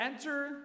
enter